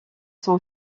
son